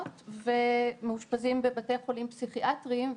ומאושפזים בבתי חולים פסיכיאטריים,